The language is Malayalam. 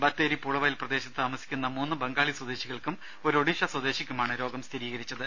ബത്തേരി പൂളവയൽ പ്രദേശത്ത് താമസിക്കുന്ന മൂന്ന് ബംഗാളി സ്വദേശികൾക്കും ഒരു ഒഡീഷ സ്വദേശിക്കും ആണ് രോഗം സ്ഥിരീകരിച്ചത്